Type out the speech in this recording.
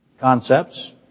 concepts